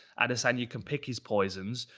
adesanya can pick his poisons,